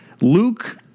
Luke